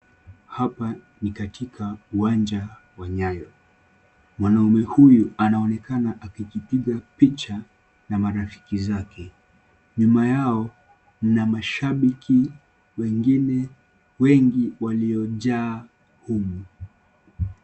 Hapa ni katika uwanja wa nyayo. Mwanaume huyu anaonekana akijipiga picha na marafiki zake. Nyuma yao mna mashabiki wengine wengi waliojaa humo.